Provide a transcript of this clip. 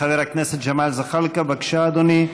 חבר הכנסת ג'מאל זחאלקה, בבקשה, אדוני.